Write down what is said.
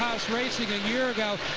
a year ago,